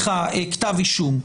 כתב אישום,